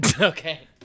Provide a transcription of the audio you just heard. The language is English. Okay